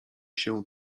się